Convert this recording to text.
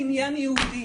הבא לעניין יהודי,